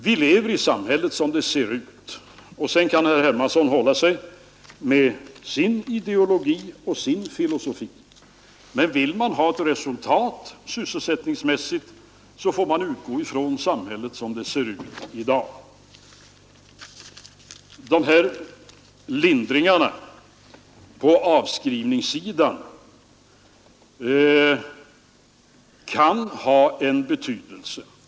Vi lever i samhället sådant detta ser ut och sedan kan herr Hermansson hålla sig med sin ideologi och sin filosofi, men vill man ha ett resultat sysselsättningsmässigt, så får man utgå ifrån samhället såsom det ser ut i dag. Lindringarna på avskrivningssidan kan ha en betydelse.